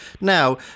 Now